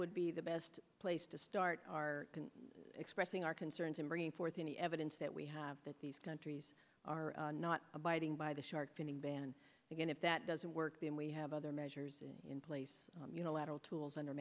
would be the best place to start are expressing our concerns in bringing forth any evidence that we have that these countries are not abiding by the shark finning ban again if that doesn't work then we have other measures in place you know lateral tools and